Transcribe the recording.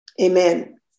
amen